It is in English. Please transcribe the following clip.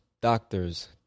doctors